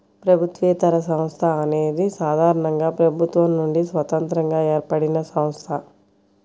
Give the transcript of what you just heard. ప్రభుత్వేతర సంస్థ అనేది సాధారణంగా ప్రభుత్వం నుండి స్వతంత్రంగా ఏర్పడినసంస్థ